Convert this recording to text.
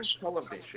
television